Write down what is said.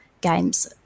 Games